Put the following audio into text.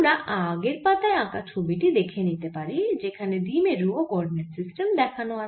আমরা আগের পাতায় আঁকা ছবি টি দেখে নিতে পারি Refer Time 1603 যেখানে দ্বিমেরু ও কোঅরডিনেট সিস্টেম দেখানো আছে